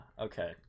okay